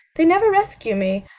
they never rescue me.